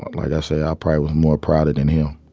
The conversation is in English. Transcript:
like i said, i ah probably was more prouder than him.